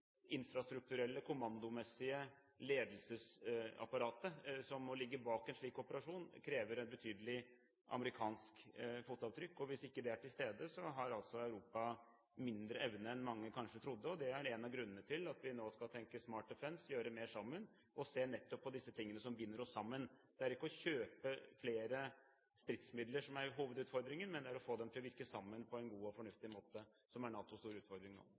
infrastrukturelle, kommandomessige ledelsesapparatet som må ligge bak en slik operasjon, krever et betydelig amerikansk fotavtrykk, og hvis ikke det er til stede, har Europa mindre evne enn det mange kanskje trodde. Det er en av grunnene til at vi nå skal tenke «Smart Defence», gjøre mer sammen og nettopp se på disse tingene som binder oss sammen. Det er ikke å kjøpe flere stridsmidler som er hovedutfordringen, men det er å få dem til å virke sammen på en god og fornuftig måte som er NATOs store utfordring nå.